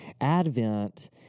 Advent